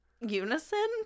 unison